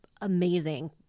amazing